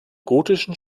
gotischen